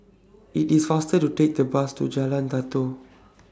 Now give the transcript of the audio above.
IT IS faster to Take The Bus to Jalan Datoh